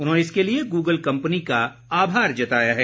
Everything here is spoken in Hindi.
उन्होंने इसके लिए गूगल कम्पनी का आभार जताया है